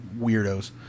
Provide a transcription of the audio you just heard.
weirdos